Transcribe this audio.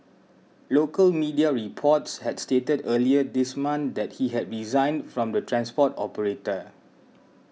local media reports had stated earlier this month that he had resigned from the transport operator